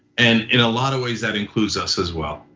and in a lot of ways that includes us as well.